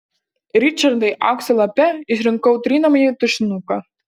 ričardui aukso lape išrinkau trinamąjį tušinuką